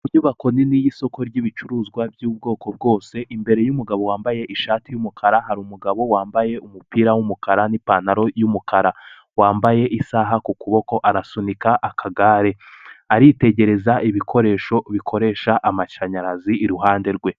Inyubako nini y'isoko ry'ibicuruzwa by'ubwoko bwose, imbere y'umugabo wambaye ishati y'umukara hari umugabo wambaye umupira w'umukara n'ipantaro y'umukara, wambaye isaha ku kuboko arasunika akagare, aritegereza ibikoresho bikoresha amashanyarazi iruhande rwe.